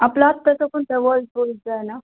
आपला तसं पण डबल डोरचा आहे ना